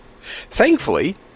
Thankfully